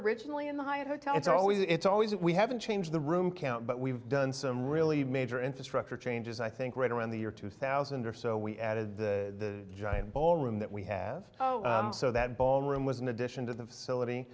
originally in the hyatt hotel it's always it's always we haven't changed the room count but we've done some really major infrastructure changes i think right around the year two thousand or so we added the giant ball room that we have so that ballroom was an addition to the facility